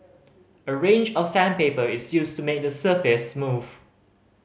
a range of sandpaper is used to make the surface smooth